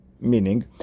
Meaning